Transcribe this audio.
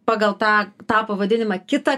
pagal tą tą pavadinimą kitą